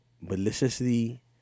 Maliciously